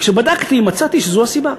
כשבדקתי, מצאתי שזו הסיבה.